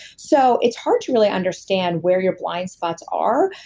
so it's hard to really understand where your blind spots are,